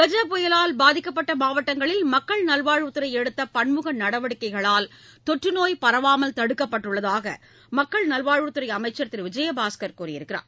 கஜா புயலால் பாதிக்கப்பட்ட மாவட்டங்களில் மக்கள் நல்வாழ்வுத்துறை எடுத்த பன்முக நடவடிக்கைகளால் தொற்றநோய் பரவாமல் தடுக்கப்பட்டுள்ளதாக மக்கள் நல்வாழ்வுத்துறை அமைச்சர் திரு விஜயபாஸ்கர் கூறியிருக்கிறார்